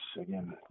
again